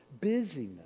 busyness